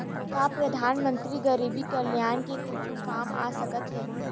का परधानमंतरी गरीब कल्याण के कुछु काम आ सकत हे